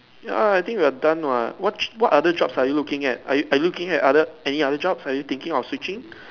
ya I think we're done what what what other jobs are you looking at are you are you looking at any other jobs are you thinking of switching